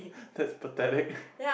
that's pathetic